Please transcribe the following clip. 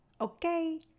okay